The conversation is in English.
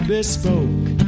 Bespoke